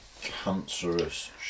cancerous